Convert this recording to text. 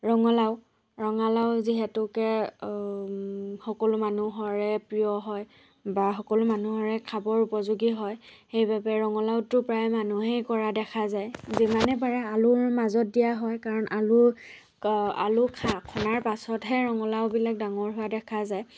ৰঙালাও ৰঙালাও যিহেতুকে সকলো মানুহৰে প্ৰিয় হয় বা সকলো মানুহৰে খাবৰ উপযোগী হয় সেইবাবে ৰঙালাওটো প্ৰায় মানুহেই কৰা দেখা যায় যিমানে পাৰে আলুৰ মাজত দিয়া হয় কাৰণ আলুক আলু খন্দাৰ পাছতহে ৰঙালাও বিলাক ডাঙৰ হোৱা দেখা যায়